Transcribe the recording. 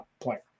player